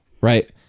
Right